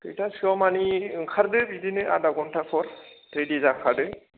खैथासोआव मानि ओंखारदो बिदिनो आजा घन्टापर रिडि जाखादो